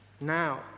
Now